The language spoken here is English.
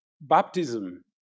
Baptism